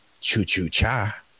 Choo-choo-cha